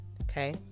Okay